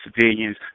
civilians